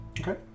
Okay